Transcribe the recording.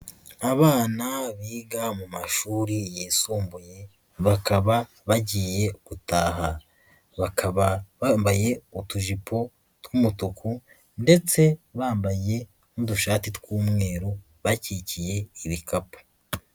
Abana biga mu mashuri yisumbuye bakaba bagiye gutaha, bakaba bambaye utujipo tw'umutuku ndetse bambaye n'udushati tw'umweru bakikiye ibikapu.